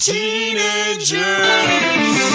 Teenagers